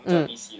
mm